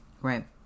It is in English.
Right